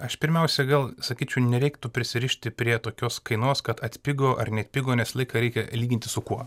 aš pirmiausia gal sakyčiau nereiktų prisirišti prie tokios kainos kad atpigo ar neatpigo nes visą laiką reikia lyginti su kuo